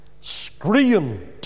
Screamed